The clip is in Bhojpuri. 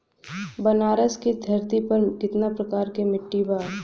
बनारस की धरती पर कितना प्रकार के मिट्टी बा?